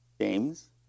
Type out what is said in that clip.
James